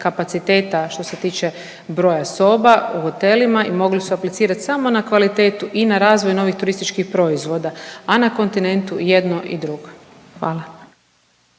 kapaciteta što se tiče broja soba u hotelima i mogli su aplicirati samo na kvalitetu i na razvoj novih turističkih proizvoda, a na kontinentu jedno i drugo. Hvala.